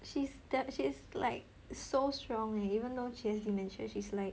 she's damn she's like so strong leh even though she has dementia she's like